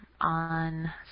on